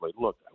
Look